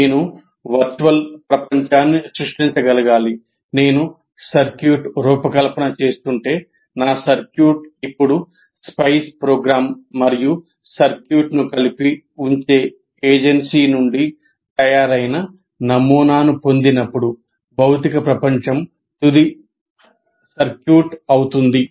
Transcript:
నేను వర్చువల్ ప్రపంచాన్ని సృష్టించగలగాలి నేను సర్క్యూట్ రూపకల్పన చేస్తుంటే నా సర్క్యూట్ ఇప్పుడు స్పైస్ ప్రోగ్రామ్ మరియు సర్క్యూట్ను కలిపి ఉంచే ఏజెన్సీ నుండి తయారైన నమూనాను పొందినప్పుడు భౌతిక ప్రపంచం తుది సర్క్యూట్ అవుతుంది